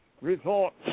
resort